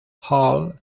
hall